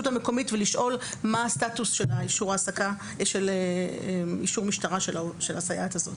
המקומית ולשאול מה הסטטוס של אישור משטרה של הסייעת הזאת.